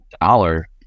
dollar